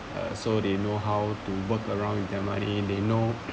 uh so they know how to work around with their money they know